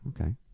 okay